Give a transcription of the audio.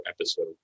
episode